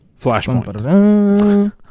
Flashpoint